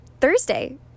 thursday